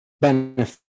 benefit